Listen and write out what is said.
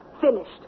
Finished